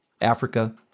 Africa